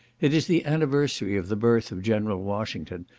it is the anniversary of the birth of general washington,